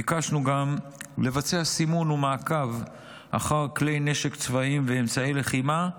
ביקשנו גם לבצע סימון ומעקב אחר כלי נשק צבאיים ואמצעי לחימה,